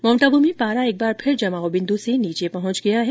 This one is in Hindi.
माउंट आबू में पारा एक बार फिर जमाव बिन्दु से नीचे पहुंच गया है